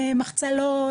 מחצלות,